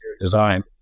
design